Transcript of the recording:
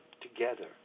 together